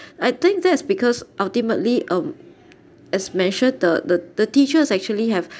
I think that's because ultimately um as mentioned the the the teachers actually have